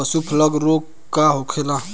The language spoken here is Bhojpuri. पशु प्लग रोग का होखेला?